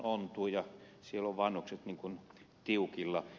se ontuu ja vanhukset ovat tiukilla